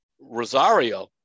Rosario